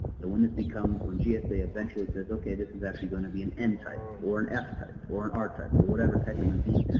so when this becomes, when gsa eventually says, okay, this is actually going to be an n type or an f type or an r type or whatever type it might be,